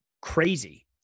crazy